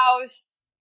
house